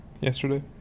yesterday